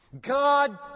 God